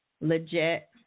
legit